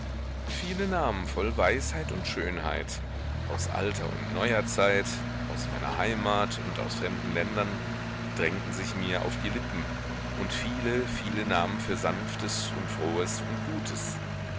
viele namen voll weisheit und schönheit aus alter und neuer zeit aus meiner heimat und aus fremden ländern drängten sich mir auf die lippen und viele viele namen für sanftes und frohes und gutes